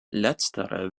letztere